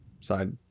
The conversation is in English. side